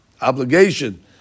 obligation